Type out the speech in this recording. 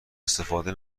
استفاده